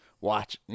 watch